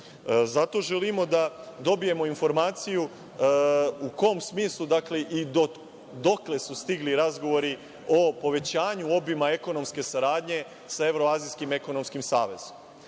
želimo da dobijemo informaciju u kom smislu i dokle su stigli razgovori o povećanju obima ekonomske saradnje sa